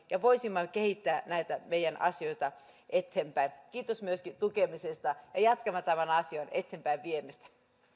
voisimme kehittää näitä meidän asioitamme eteenpäin kiitos myöskin tukemisesta ja jatkamme tämän asian eteenpäinviemistä